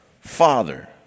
Father